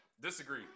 Disagree